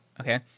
okay